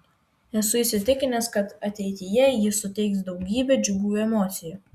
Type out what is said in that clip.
esu įsitikinęs kad ateityje ji suteiks daugybę džiugių emocijų